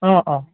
অঁ অঁ